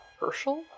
Herschel